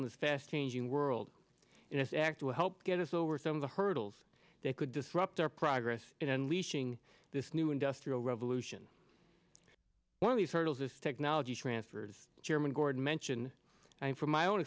in this fast changing world in this act to help get us over some of the hurdles that could disrupt our progress in unleashing this new industrial revolution one of these hurdles is technology transfers chairman gordon mention and from my own